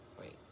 Wait